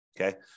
okay